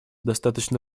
достаточно